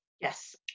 Yes